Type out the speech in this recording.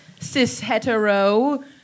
cis-hetero